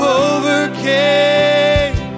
overcame